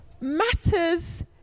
matters